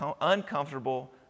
uncomfortable